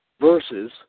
versus